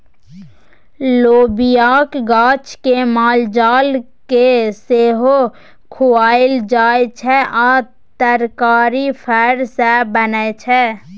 लोबियाक गाछ केँ मालजाल केँ सेहो खुआएल जाइ छै आ तरकारी फर सँ बनै छै